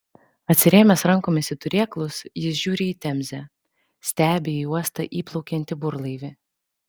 atsirėmęs rankomis į turėklus jis žiūri į temzę stebi į uostą įplaukiantį burlaivį